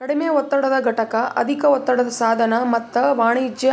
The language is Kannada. ಕಡಿಮೆ ಒತ್ತಡದ ಘಟಕ, ಅಧಿಕ ಒತ್ತಡದ ಸಾಧನ ಮತ್ತ ವಾಣಿಜ್ಯ